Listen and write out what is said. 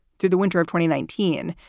through the winter of twenty nineteen.